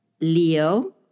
Leo